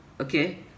Okay